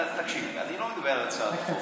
תקשיב, אני לא מדבר על הצעת חוק.